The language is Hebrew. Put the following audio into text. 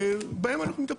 ובהם אנחנו מטפלים.